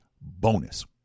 bonus